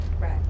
Right